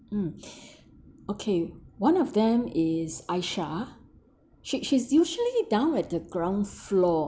mm okay one of them is aishah she she she's usually down at the ground floor